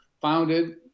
founded